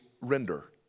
render